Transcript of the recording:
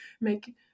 make